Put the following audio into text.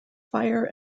fire